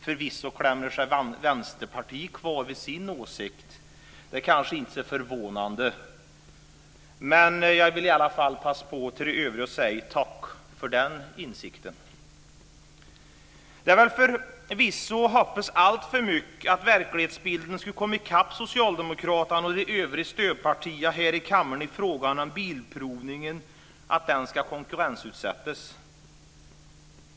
Förvisso klamrar sig Vänsterpartiet kvar vid sin åsikt - det är kanske inte så förvånande - men jag vill i alla fall passa på att till de övriga säga: Tack för den insikten! Det är väl förvisso att hoppas alltför mycket att verkligheten skulle ha kommit i kapp Socialdemokraterna och stödpartierna här i kammaren i frågan om konkurrensutsättning av bilprovningen.